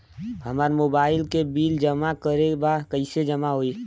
हमार मोबाइल के बिल जमा करे बा कैसे जमा होई?